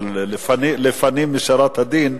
לפנים משורת הדין,